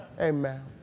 Amen